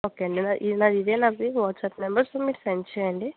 okay అండి నాది ఇదే నా వాట్సాప్ నెంబర్ సో మీరు సెండ్ చేయండి